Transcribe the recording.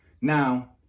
Now